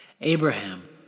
Abraham